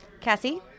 Cassie